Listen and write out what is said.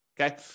okay